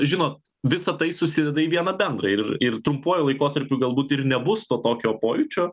žinot visa tai susideda į vieną bendrą ir ir trumpuoju laikotarpiu galbūt ir nebus to tokio pojūčio